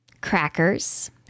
crackers